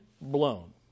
blown